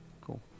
cool